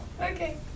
Okay